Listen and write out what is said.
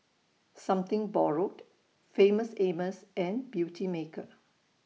Something Borrowed Famous Amos and Beautymaker